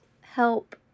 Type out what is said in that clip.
help